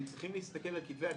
הם צריכים להסתכל על כתבי היד,